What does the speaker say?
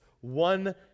one